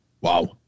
Wow